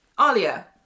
Alia